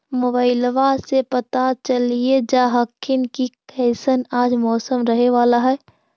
मोबाईलबा से पता चलिये जा हखिन की कैसन आज मौसम रहे बाला है?